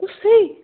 کُسُے